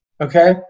Okay